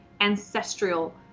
ancestral